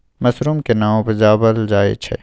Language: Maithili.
मसरूम केना उबजाबल जाय छै?